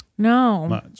No